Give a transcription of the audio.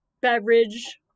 beverage